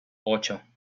ocho